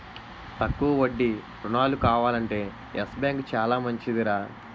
తక్కువ వడ్డీ రుణాలు కావాలంటే యెస్ బాంకు చాలా మంచిదిరా